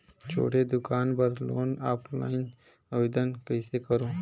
छोटे दुकान बर लोन ऑफलाइन आवेदन कइसे करो?